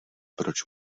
proč